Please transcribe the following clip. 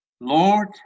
Lord